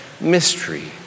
mystery